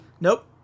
Nope